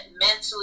mentally